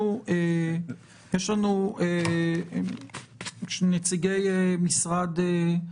יש לנו נציגי משרד האוצר.